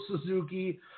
Suzuki